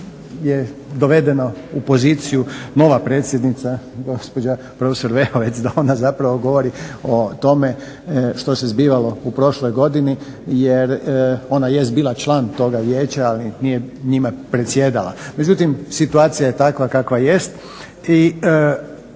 je dovedeno u poziciju nova predsjednica gospođa profesor Vehovec, da ona zapravo govori o tome što se zbivalo u prošloj godini, jer ona jest bila član toga Vijeća ali nije njime predsjedala. Međutim, situacija je takva kakva jest